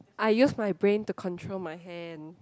I use my brain to control my hand